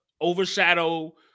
overshadow